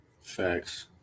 Facts